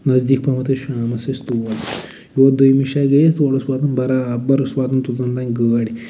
نٔزدیٖکھ پہمَتھ ٲسۍ شامس أسۍ تور یوٚت دوٚیمہِ شایہِ گٔے أسۍ تور اوس واتُن برابر اوس واتن توٚت تانۍ گٲڑۍ